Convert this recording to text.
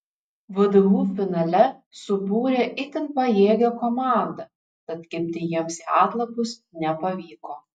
vdu finale subūrė itin pajėgią komandą tad kibti jiems į atlapus nepavyko